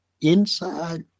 inside